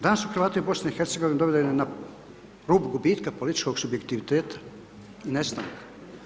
Danas su Hrvati u BiH-u dovedeni na rub gubitka političkog subjektiviteta i nestanka.